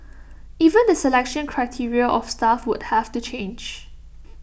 even the selection criteria of staff would have to change